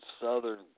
Southern